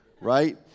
right